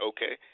Okay